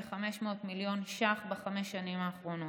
כ-500 מיליון ש"ח בחמש השנים האחרונות,